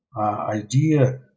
idea